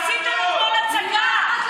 עשיתם הכול הצגה.